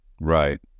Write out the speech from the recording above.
Right